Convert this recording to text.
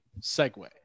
segue